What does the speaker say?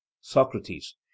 socrates